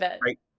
right